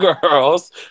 Girls